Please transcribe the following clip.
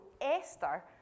Esther